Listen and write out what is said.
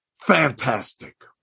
Fantastic